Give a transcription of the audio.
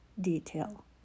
detail